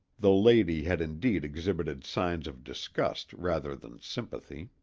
the lady had indeed exhibited signs of disgust rather than sympathy.